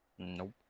nope